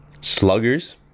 sluggers